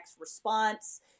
response